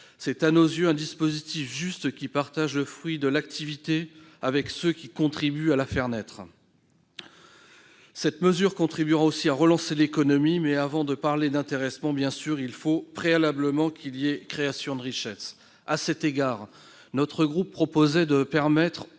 C'est, à nos yeux, un dispositif juste, qui permet de partager le fruit de l'activité avec ceux qui contribuent à la faire naître. Cette mesure contribuera aussi à relancer l'économie. Toutefois, avant de parler d'intéressement, il faut préalablement qu'il y ait création de richesses. À cet égard, notre groupe voulait proposer